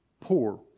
poor